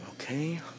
Okay